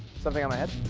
something on my head?